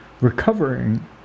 recovering